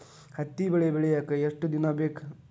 ಹತ್ತಿ ಬೆಳಿ ಬೆಳಿಯಾಕ್ ಎಷ್ಟ ದಿನ ಬೇಕ್?